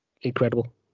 incredible